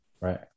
Right